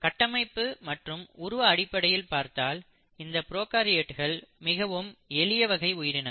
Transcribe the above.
கட்டமைப்பு மற்றும் உருவம் அடிப்படையில் பார்த்தால் இந்தப் ப்ரோகாரியோட்கள் மிகவும் எளிய வகை உயிரினங்கள்